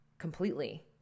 completely